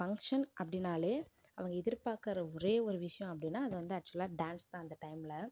function அப்படின்னாலே அவங்க எதிர்பார்க்குற ஒரே ஒரு விஷயம் அப்படின்னா அது வந்து ஆக்ச்சுலாக டான்ஸ் தான் அந்த டைமில்